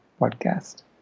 podcast